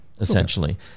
essentially